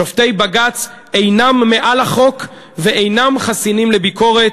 שופטי בג"ץ אינם מעל החוק ואינם חסינים בפני ביקורת.